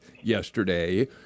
yesterday